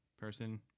person